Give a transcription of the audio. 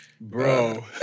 Bro